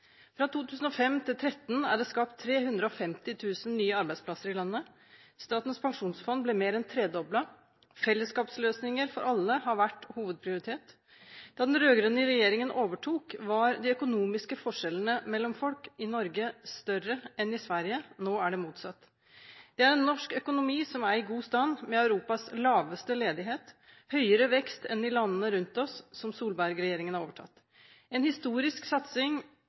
Fra 2005 til 2013 er det skapt 350 000 nye arbeidsplasser i landet, Statens pensjonsfond ble mer enn tredoblet, og fellesskapsløsninger for alle har vært hovedprioritet. Da den rød-grønne regjeringen overtok, var de økonomiske forskjellene mellom folk i Norge større enn i Sverige. Nå er det motsatt. Det er en norsk økonomi som er i god stand, med Europas laveste ledighet og høyere vekst enn i landene rundt oss, som Solberg-regjeringen har overtatt. En historisk satsing